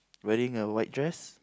wearing a white dress